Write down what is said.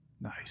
Nice